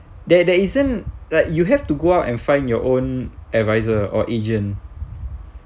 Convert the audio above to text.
there there isn't like you have to go out and find your own advisor or agent